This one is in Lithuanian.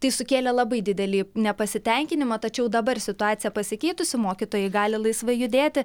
tai sukėlė labai didelį nepasitenkinimą tačiau dabar situacija pasikeitusi mokytojai gali laisvai judėti